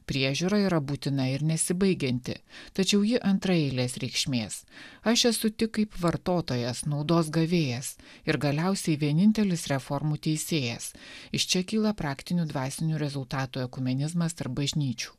priežiūrai yra būtina ir nesibaigianti tačiau ji antraeilės reikšmės aš esu tik kaip vartotojas naudos gavėjas ir galiausiai vienintelis reformų teisėjas iš čia kyla praktinių dvasinių rezultatų ekumenizmas tarp bažnyčių